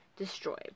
Destroyed